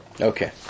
Okay